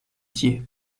tie